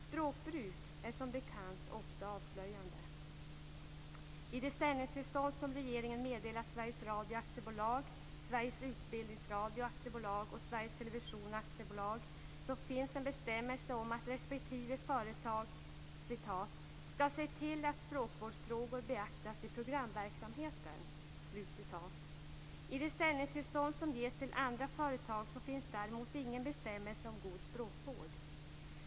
Språkbruk är som bekant ofta avslöjande. och Sveriges Television AB finns en bestämmelse om att respektive företag "skall se till att språkvårdsfrågor beaktas i programverksamheten". I de sändningstillstånd som ges till andra företag finns däremot ingen bestämmelse om god språkvård.